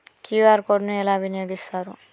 QR code ని ఎలా వినియోగిస్తారు?